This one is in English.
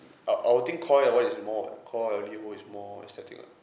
uh I'll think koi or is more [what] koi or liho is more aesthetic lah